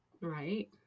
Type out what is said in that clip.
right